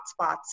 hotspots